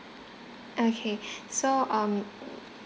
okay so um